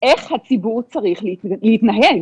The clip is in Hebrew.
איך הציבור צריך להתנהג.